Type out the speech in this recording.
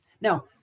Now